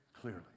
clearly